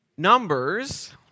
Numbers